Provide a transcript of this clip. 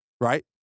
right